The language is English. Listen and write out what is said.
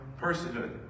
personhood